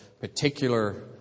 particular